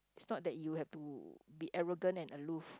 it's not that you have to be arrogant and aloof